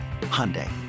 Hyundai